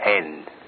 end